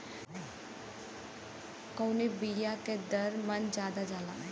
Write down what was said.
कवने बिया के दर मन ज्यादा जाला?